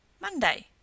MONDAY